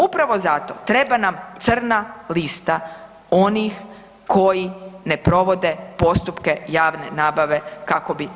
Upravo zato treba nam crna lista onih koji ne provode postupke javne nabave kako bi trebali.